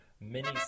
mini